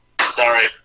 sorry